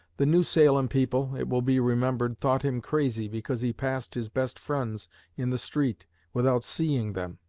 the new salem people, it will be remembered, thought him crazy because he passed his best friends in the street without seeing them.